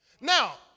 Now